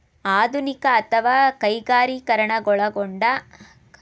ಆಧುನಿಕ ಅಥವಾ ಕೈಗಾರಿಕೀಕರಣಗೊಂಡ ಕೃಷಿಯು ಎರಡು ಮೂಲಭೂತ ವಿಧಗಳಲ್ಲಿ ಪೆಟ್ರೋಲಿಯಂನ ಮೇಲೆ ಅವಲಂಬಿತವಾಗಿದೆ